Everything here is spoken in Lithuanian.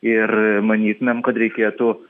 ir manytumėm kad reikėtų